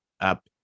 up